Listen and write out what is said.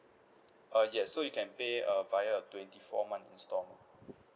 uh yes so you can pay uh via a twenty four months instalment